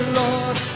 lord